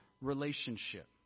relationship